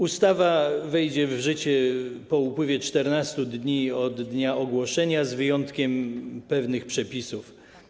Ustawa wejdzie w życie po upływie 14 dni od dnia ogłoszenia, z wyjątkiem pewnych przepisów.